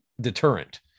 deterrent